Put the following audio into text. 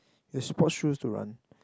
you have sports shoes to run